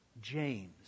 James